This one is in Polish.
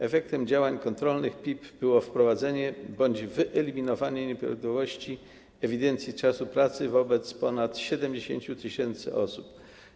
Efektem działań kontrolnych PIP było wprowadzenie - bądź wyeliminowanie nieprawidłowości - ewidencji czasu pracy wobec ponad 70 tys. osób.